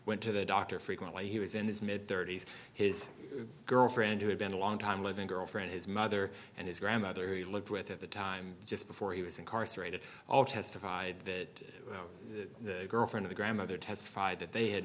went to the doctor frequently he was in his mid thirty's his girlfriend who had been a long time living girlfriend his mother and his grandmother he lived with at the time just before he was incarcerated all testified that the girlfriend of the grandmother testified that they had